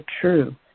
true